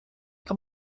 kann